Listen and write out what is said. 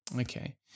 Okay